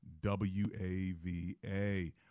WAVA